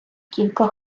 кілька